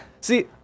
See